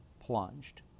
plunged